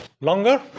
longer